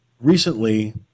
recently